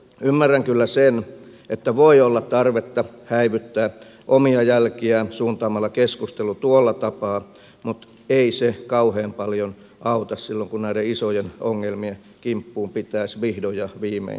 ymmärrän kyllä sen että voi olla tarvetta häivyttää omia jälkiään suuntaamalla keskustelu tuolla tapaa mutta ei se kauhean paljon auta silloin kun näiden isojen ongelmien kimppuun pitäisi vihdoin ja viimein käydä